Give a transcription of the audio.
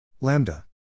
Lambda